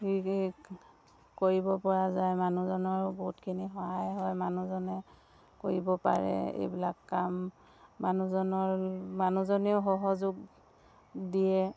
কৰিবপৰা যায় মানুহজনৰো বহুতখিনি সহায় হয় মানুহজনে কৰিব পাৰে এইবিলাক কাম মানুহজনৰ মানুহজনেও সহযোগ দিয়ে